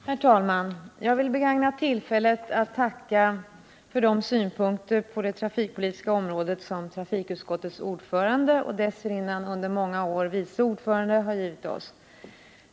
Herr talman! Jag vill begagna tillfället att tacka för de synpunkter på det trafikpolitiska området som trafikutskottets ordförande, under många år dessförinnan vice ordförande i utskottet, har gett oss.